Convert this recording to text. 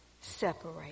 Separate